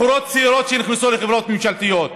בחורות צעירות שנכנסו לחברות ממשלתיות.